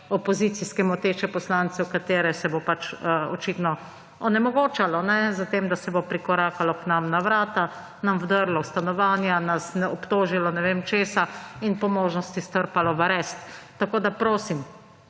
opozicijske moteče poslance, katere se bo pač očitno onemogočalo s tem, da se bo prikorakalo k nam na vrata, nam vdrlo v stanovanja, nas obtožilo ne vem česa in po možnosti strpalo v arest. Prosim,